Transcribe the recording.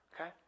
Okay